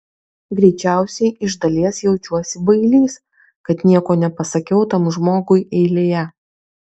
greičiausiai iš dalies jaučiuosi bailys kad nieko nepasakiau tam žmogui eilėje